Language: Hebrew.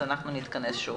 אנחנו נתכנס שוב.